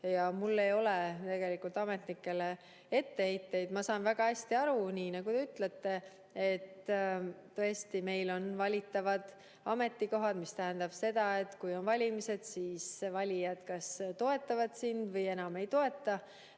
ja mul ei ole tegelikult ametnikele etteheiteid. Ma saan väga hästi aru, nii nagu te ütlete, tõesti, meil on valitavad ametikohad, mis tähendab seda, et kui on valimised, siis valijad kas toetavad sind või ei toeta.